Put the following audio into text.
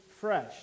fresh